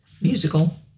musical